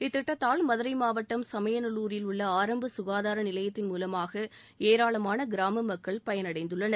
இத்திட்டத்தால் மதுரை மாவட்டம் சமயநல்லூரில் உள்ள ஆரம்ப சுகாதார நிலையத்தின் மூலமாக ஏராளமான கிராம மக்கள் பயனடைந்துள்ளனர்